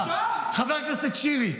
חבר הכנסת שירי,